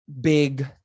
big